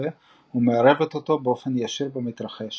הצופה ומערבת אותו באופן ישיר במתרחש.